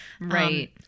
right